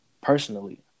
personally